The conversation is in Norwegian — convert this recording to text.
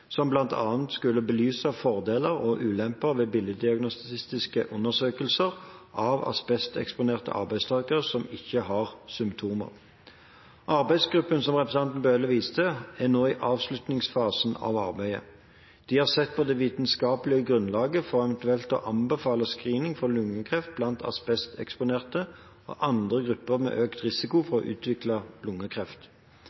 som bl.a. skulle belyse fordeler og ulemper ved bildediagnostiske undersøkelser av asbesteksponerte arbeidstakere som ikke har symptomer. Arbeidsgruppen som representanten Bøhler viser til, er nå i avslutningsfasen av arbeidet. De har sett på det vitenskapelige grunnlaget for eventuelt å anbefale screening for lungekreft blant asbesteksponerte og andre grupper med økt risiko for